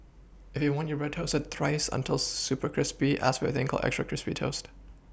if you want your bread toasted thrice until super crispy ask for a thing called extra crispy toast